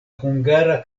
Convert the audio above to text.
hungara